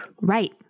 Right